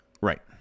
Right